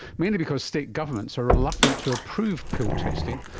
mainly because state governments are reluctant to approve pill testing,